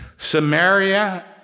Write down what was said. Samaria